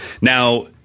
Now